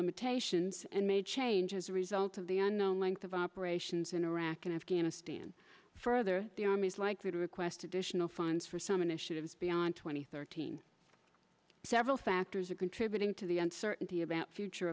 limitations and may change as a result of the end known length of operations in iraq and afghanistan further the army is likely to request additional funds for some initiatives beyond two thousand and thirteen several factors are contributing to the uncertainty about future